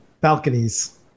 balconies